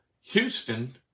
Houston